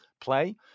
play